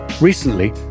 Recently